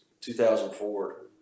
2004